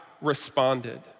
responded